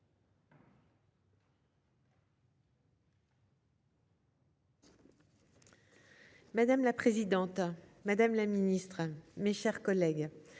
Madame la présidente, madame la ministre, mes chers collègues,